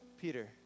Peter